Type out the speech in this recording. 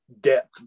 depth